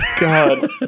god